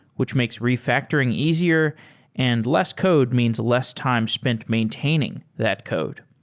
which makes refactoring easier and less code means less time spent maintaining that code.